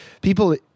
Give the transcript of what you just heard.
people